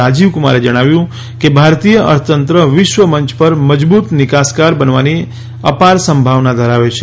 રાજીવ કુમારે જણાવ્યું કે ભારતીય અર્થતંત્ર વિશ્વ મંય પર મજબૂત નિકાસકાર બનવાની અપાર સંભાવના ધરાવે છે